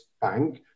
bank